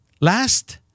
Last